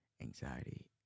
anxiety